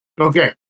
Okay